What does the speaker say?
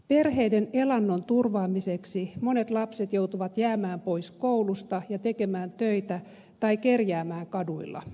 perheiden elannon turvaamiseksi monet lapset joutuvat jäämään pois koulusta ja tekemään töitä tai kerjäämään kaduilla